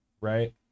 right